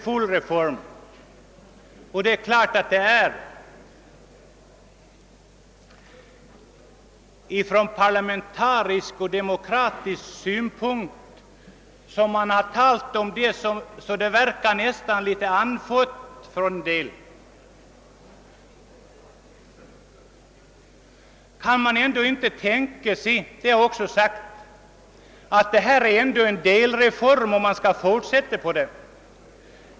Från olika håll har framhållits att det ur parlamentarisk och demokratisk synpunkt är detta närmast en synnerligen betydelsefull reform som riksdagen i dag skall fatta beslut om. Från flera talare har talet härom faktiskt verkat en smula andfått. Det gäller dock — som vi alla vet — en delreform.